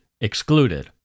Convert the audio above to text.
Excluded